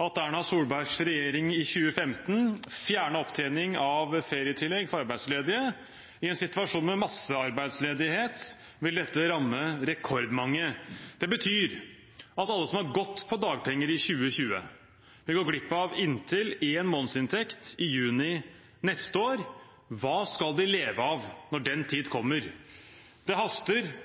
at Erna Solbergs regjering i 2015 fjernet opptjening av ferietillegg for arbeidsledige. I en situasjon med massearbeidsledighet vil dette ramme rekordmange. Det betyr at alle som har gått på dagpenger i 2020, vil gå glipp av inntil en måneds inntekt i juni neste år. Hva skal de leve av når den